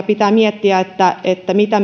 pitää miettiä mitä